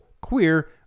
queer